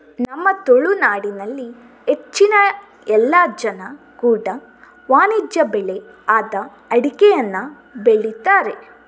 ನಮ್ಮ ತುಳುನಾಡಿನಲ್ಲಿ ಹೆಚ್ಚಿನ ಎಲ್ಲ ಜನ ಕೂಡಾ ವಾಣಿಜ್ಯ ಬೆಳೆ ಆದ ಅಡಿಕೆಯನ್ನ ಬೆಳೀತಾರೆ